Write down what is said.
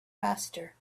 faster